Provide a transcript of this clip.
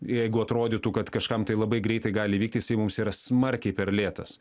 jeigu atrodytų kad kažkam tai labai greitai gali įvykti jisai mums yra smarkiai per lėtas